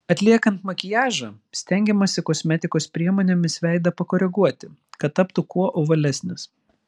atliekant makiažą stengiamasi kosmetikos priemonėmis veidą pakoreguoti kad taptų kuo ovalesnis